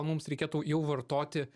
mums reikėtų jau vartoti